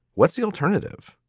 what's the alternative?